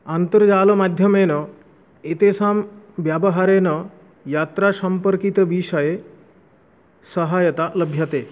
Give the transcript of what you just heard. अन्तर्जालमाध्यमेन एतेषा व्यवहारेण यात्रासम्पर्कितविषये सहायता लभ्यते